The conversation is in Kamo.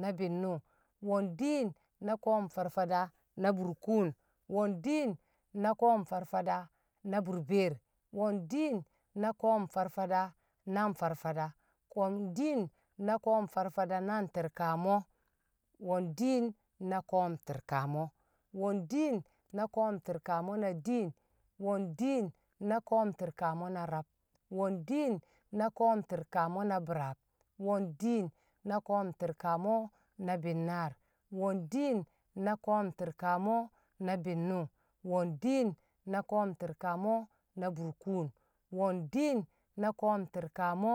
na bi̱nnṵng. Wo̱n diin na ko̱o̱m- FarFada na burkuun. Wo̱n diin na ko̱o̱m- FarFada na burbeer. Wo̱n diin na ko̱o̱m- FarFada na nFarFada. ko̱o̱m di̱i̱n. Wo̱n diin na ko̱o̱m- FarFada na nTi̱rkamo. Wo̱n diin na ko̱o̱m- Ti̱rkamo. Wo̱n diin na ko̱o̱m- Ti̱rkamo na diin. Wo̱n diin na ko̱o̱m- Ti̱rkamo na rab. Wo̱n diin na ko̱o̱m- Ti̱rkamo na bi̱raab. Wo̱n diin na ko̱o̱m- Ti̱rkamo na bi̱nnaar. Wo̱n diin na ko̱o̱m- Ti̱rkamo na bi̱nnṵng. Wo̱n diin na ko̱o̱m- Ti̱rkamo na burkuun. Wo̱n diin na ko̱o̱m- Ti̱rkamo